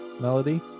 melody